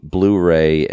Blu-ray